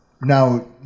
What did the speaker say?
Now